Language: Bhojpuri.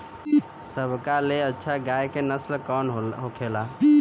सबका ले अच्छा गाय के नस्ल कवन होखेला?